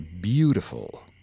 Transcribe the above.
beautiful